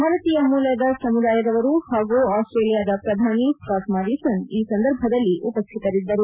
ಭಾರತೀಯ ಮೂಲದ ಸಮುದಾಯದವರು ಹಾಗೂ ಆಸ್ಟೇಲಿಯಾದ ಪ್ರಧಾನಿ ಸ್ಕಾಟ್ ಮಾರಿಸನ್ ಈ ಸಂದರ್ಭದಲ್ಲಿ ಉಪಸ್ಥಿತರಿದ್ದರು